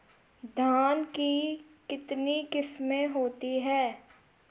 धान की कितनी किस्में होती हैं?